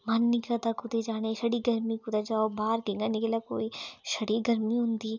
मन निं करदा कुतै जाने गी छड़ी गर्मी कुतै जाओ बाह्र दिनें निकलदा कोई छड़ी गर्मी होंदी